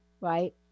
right